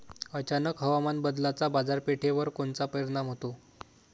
अचानक हवामान बदलाचा बाजारपेठेवर कोनचा परिणाम होतो?